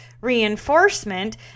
reinforcement